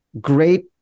Great